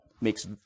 makes